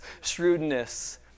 shrewdness